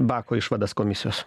bako išvadas komisijos